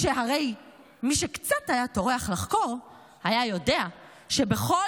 שהרי מי שקצת היה טורח לחקור היה יודע שבכל